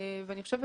אני חושבת